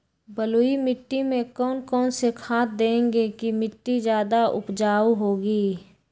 बलुई मिट्टी में कौन कौन से खाद देगें की मिट्टी ज्यादा उपजाऊ होगी?